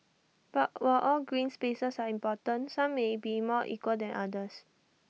but while all green spaces are important some may be more equal than others